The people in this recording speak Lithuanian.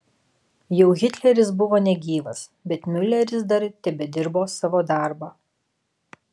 jau hitleris buvo negyvas bet miuleris dar tebedirbo savo darbą